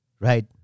Right